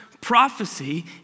prophecy